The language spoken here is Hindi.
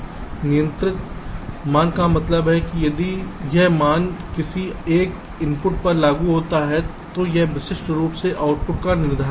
नियंत्रण मान का मतलब है कि यदि यह मान किसी एक इनपुट पर लागू होता है तो यह विशिष्ट रूप से आउटपुट का निर्धारण करेगा